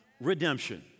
redemption